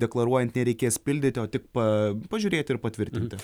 deklaruojant nereikės pildyti o tik pa pažiūrėti ir patvirtinti